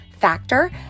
Factor